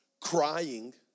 crying